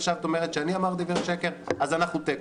עכשיו את אומרת שאני אמרתי דברי שקר אז אנחנו תיקו,